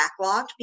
backlogged